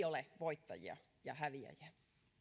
ole voittajia ja häviäjiä